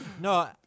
no